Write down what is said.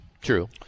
True